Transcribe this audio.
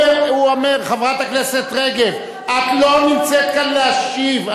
חברת הכנסת רגב, את לא נמצאת כאן להשיב.